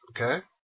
Okay